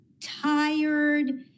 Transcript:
tired